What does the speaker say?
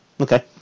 Okay